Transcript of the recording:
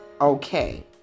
Okay